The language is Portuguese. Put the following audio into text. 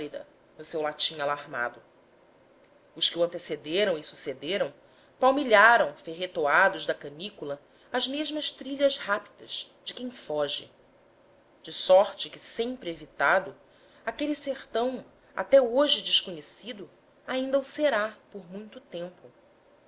horrida no seu latim alarmado os que o antecederam e sucederam palmilharam ferretoados da canícula as mesmas trilhas rápidas de quem foge de sorte que sempre evitado aquele sertão até hoje desconhecido ainda o será por muito tempo